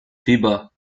fieber